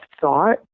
thought